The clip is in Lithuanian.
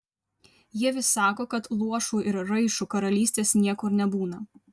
jie vis sako kad luošų ir raišų karalystės niekur nebūna